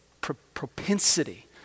propensity